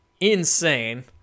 insane